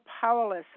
powerless